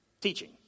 Teaching